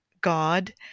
God